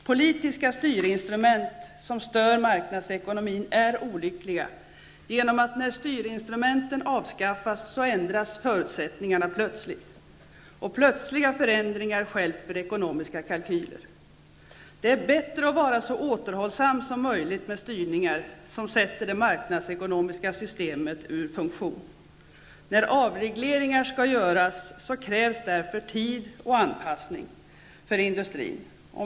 Politiska styrinstrument som stör marknadsekonomin är olyckliga genom att förutsättningarna plötsligt ändras när styrinstrumenten avskaffas. Och plötsliga förändringar stjälper ekonomiska kalkyler. Det är bättre att vara så återhållsam som möjligt med styrningar som sätter det marknadsekonomiska systemet ur funktion. När avregleringar skall göras krävs därför tid till anpassning för industrin.